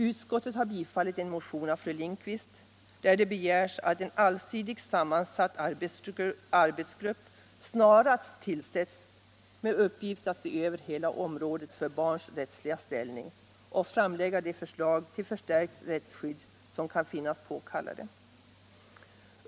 Utskottet har bifallit en motion av fru Lindquist där det begärs att en allsidigt sammansatt arbetsgrupp snarast tillsätts med uppgift att se över hela området för barns rättsliga ställning och framlägga de förslag till förstärkt rättsskydd som kan finnas påkallade.